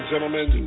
Gentlemen